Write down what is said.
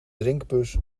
drinkbus